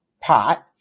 pot